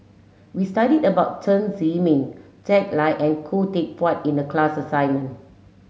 we studied about Chen Zhiming Jack Lai and Khoo Teck Puat in the class assignment